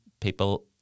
people